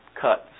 cuts